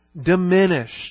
Diminished